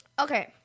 Okay